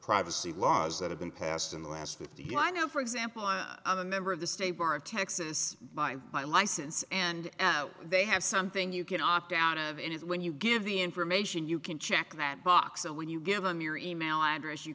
privacy laws that have been passed in the last fifty i know for example i am a member of the state bar of texas by my license and they have something you can opt out of it is when you give the information you can check that box and when you give them your e mail address you